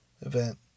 event